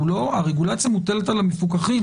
הרגולציה מוטלת על המפוקחים,